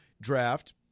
draft